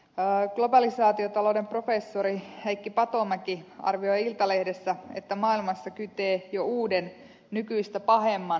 globalisaatiotalouden professori heikki patomäki arvioi iltalehdessä että maailmassa kytevät jo uuden nykyistä pahemman talouskriisin siemenet